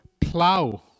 plow